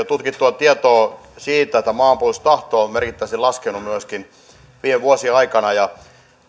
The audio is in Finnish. tutkittua tietoa siitä että maanpuolustustahto on merkittävästi laskenut viime vuosien aikana